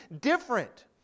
different